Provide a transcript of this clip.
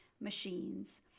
machines